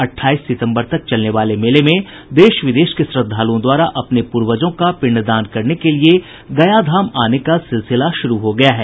अठाईस सितम्बर तक चलने वाले मेले में देश विदेश के श्रद्धालुओं द्वारा अपने पूर्वजों का पिंडदान करने के लिये गया धाम आने का सिलसिला शुरू हो गया है